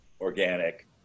organic